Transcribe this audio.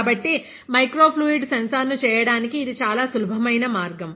కాబట్టి micro fluid sensor చేయడానికి ఇది చాలా సులభమైన మార్గం